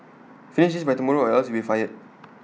finish this by tomorrow or else you'll be fired